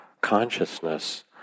consciousness